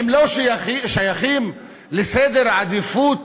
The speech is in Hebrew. הם לא שייכים לסדר עדיפות